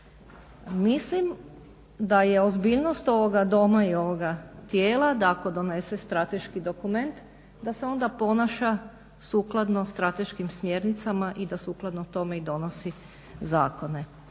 Mislim da je ozbiljnost ovoga Doma i ovoga tijela, da ako donese strateški dokument da se onda ponaša sukladno strateškim smjernicama i da sukladno tome i donosi zakone.